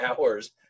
hours